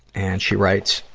and, she writes,